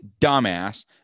dumbass